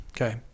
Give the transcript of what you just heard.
okay